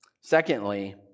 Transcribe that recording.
Secondly